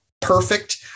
perfect